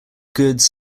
goods